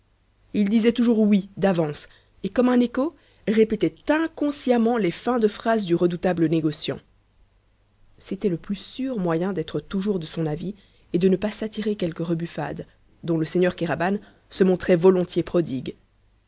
il disait toujours oui d'avance et comme un écho répétait inconsciemment les fins de phrase du redoutable négociant c'était le plus sûr moyen d'être toujours de son avis et de ne pas s'attirer quelque rebuffade dont le seigneur kéraban se montrait volontiers prodigue